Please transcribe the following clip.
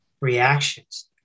reactions